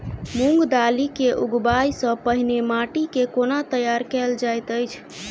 मूंग दालि केँ उगबाई सँ पहिने माटि केँ कोना तैयार कैल जाइत अछि?